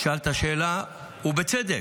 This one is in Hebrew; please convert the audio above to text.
שאלת את השאלה, ובצדק,